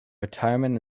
retirement